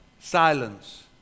Silence